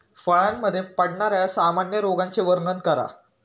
फळांमध्ये पडणाऱ्या सामान्य रोगांचे वर्णन करा